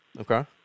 Okay